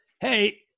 Hey